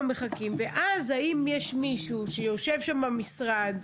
מחכים ואז האם יש מישהו שיושב שם במשרד.